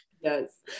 Yes